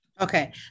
Okay